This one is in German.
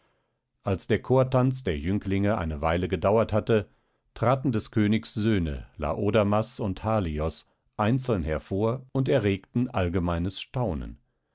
als der chortanz der jünglinge eine weile gedauert hatte traten des königs söhne laodamas und halios einzeln hervor und erregten allgemeines staunen